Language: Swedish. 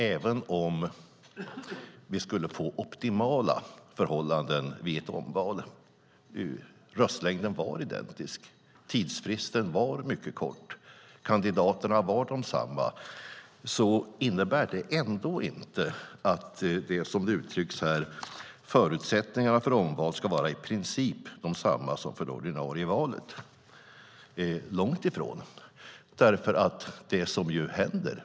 Även om vi skulle få optimala förhållanden vid ett omval - röstlängden är identisk, tidsfristen är mycket kort, och kandidaterna är desamma - innebär det inte att det blir som det uttrycks här: Förutsättningarna för omval ska vara i princip desamma som för det ordinarie valet. Så är det långt ifrån.